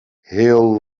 heel